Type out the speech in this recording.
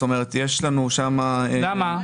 זאת אומרת, יש לנו שם מחקרים.